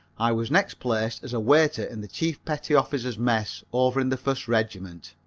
i was next placed as a waiter in the chief petty officer's mess over in the first regiment.